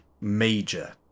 major